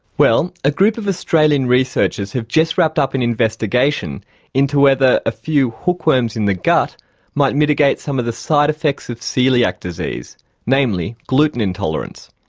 well a group of australian researchers have just wrapped up an investigation into whether a few hookworms in the gut might mitigate some of the side effects of coeliac disease namely gluten intolerance.